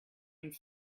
and